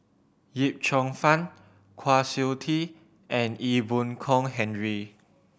Yip Cheong Fun Kwa Siew Tee and Ee Boon Kong Henry